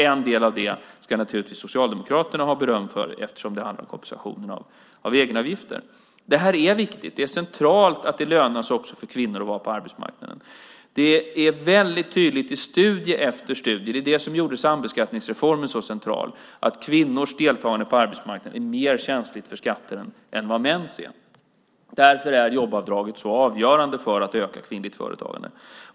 En del av det ska naturligtvis Socialdemokraterna ha beröm för, eftersom det handlar om kompensationen av egenavgifter. Det här är viktigt. Det är centralt att det lönar sig också för kvinnor att vara på arbetsmarknaden. Det är väldigt tydligt i studie efter studie. Det är det som gjorde sambeskattningsreformen så central. Kvinnors deltagande på arbetsmarknaden är mer känsligt för skatter än vad mäns är. Därför är jobbavdraget så avgörande för att öka kvinnligt företagande.